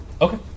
Okay